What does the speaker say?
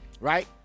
right